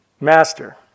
Master